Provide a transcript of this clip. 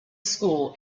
school